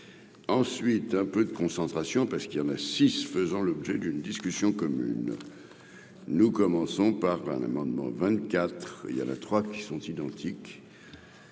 ensuite un peu de concentration parce qu'il y en a six faisant l'objet d'une discussion commune nous commençons par un amendement 24 il y a la trois, qui sont identiques.